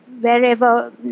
Wherever